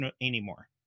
anymore